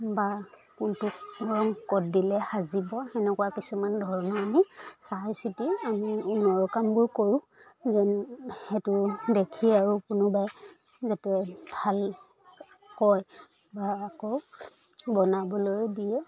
বা কোনটো ৰং ক'ত দিলে সাজিব সেনেকুৱা কিছুমান ধৰণৰ আমি চাই চিতি আমি ঊণৰ কামবোৰ কৰোঁ যেন সেইটো দেখি আৰু কোনোবাই যাতে ভাল কয় বা আকৌ বনাবলৈ দিয়ে